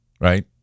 right